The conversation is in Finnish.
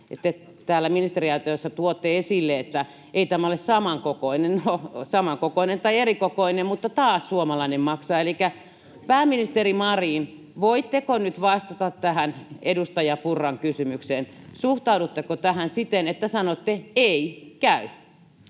täällä ministeriaitiossa tuotte esille, että ei tämä ole samankokoinen. No, samankokoinen tai erikokoinen, mutta taas suomalainen maksaa. Elikkä pääministeri Marin, voitteko nyt vastata tähän edustaja Purran kysymykseen: suhtaudutteko tähän siten, että sanotte ”ei käy”?